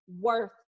worth